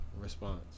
response